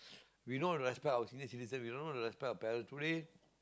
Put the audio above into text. we know how to respect our senior citizens we know how to respect our parents today